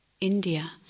India